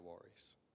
worries